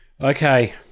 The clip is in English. Okay